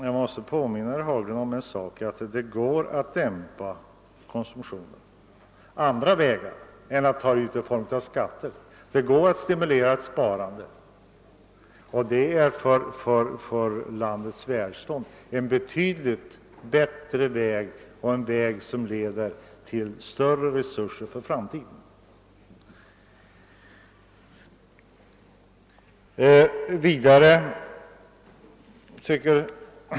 Jag måste påminna herr Haglund om en sak: det går att dämpa konsumtionen på andra vägar än med skattehöjningar, det går också att stimulera sparandet, och det är en väg som är betydligt bättre och som leder till större resurser för landet i framtiden.